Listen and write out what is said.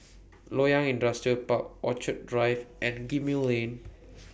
Loyang Industrial Park Orchid Drive and Gemmill Lane